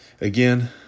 again